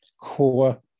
core